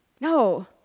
No